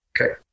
Okay